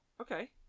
Okay